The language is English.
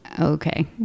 Okay